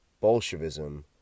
Bolshevism